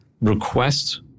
request